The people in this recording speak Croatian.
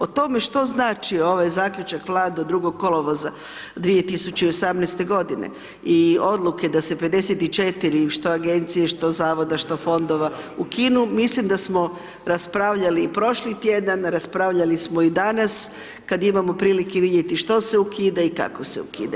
O tome što znači ovaj zaključak Vlade od 02. kolovoza 2018. godine i Odluke da se 54 što Agencije, što Zavoda, što Fondova ukinu, mislim da smo raspravljali i prošli tjedan, raspravljali smo i danas, kad imamo prilike vidjeti što se ukida i kako se ukida.